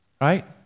right